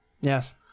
Yes